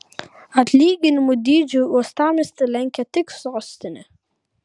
atlyginimų dydžiu uostamiestį lenkia tik sostinė